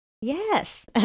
Yes